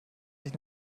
sich